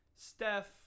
Steph